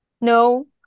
No